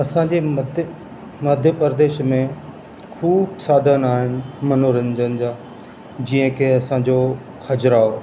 असांजे मध्य मध्य प्रदेश में ख़ूबु साधन आहिनि मनोरंजन जा जीअं कि असांजो खजुराहो